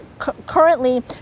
currently